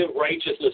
righteousness